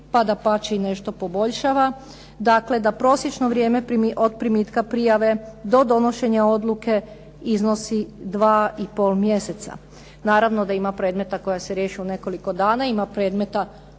pa dapače nešto poboljšava da prosječno vrijeme od primitka prijave do donošenja odluke iznosi 2 i pol mjeseca. Naravno da ima predmeta koji se riješe u nekoliko dana, ima predmeta